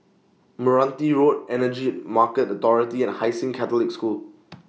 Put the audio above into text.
Meranti Road Energy Market Authority and Hai Sing Catholic School